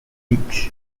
weeks